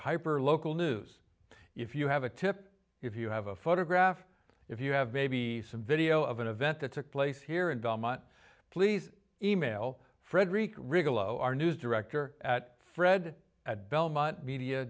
hyper local news if you have a tip if you have a photograph if you have maybe some video of an event that took place here in belmont please email frederick rigoletto our news director at fred at belmont media